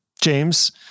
james